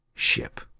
Ship